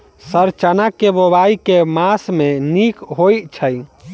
Sir चना केँ बोवाई केँ मास मे नीक होइ छैय?